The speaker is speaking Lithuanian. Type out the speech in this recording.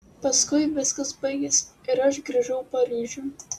paskui viskas baigėsi ir aš grįžau paryžiun